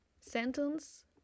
sentence